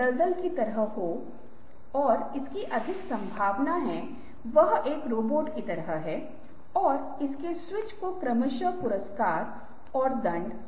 एक अन्य संभावित परिचालन से अभी भी जानकारी प्रदान करेगा दूसरा आईटी दृष्टिकोण से जानकारी प्रदान करेगा